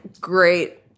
great